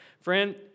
Friend